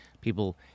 People